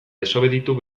desobeditu